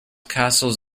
castles